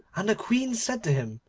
and the queen said to him,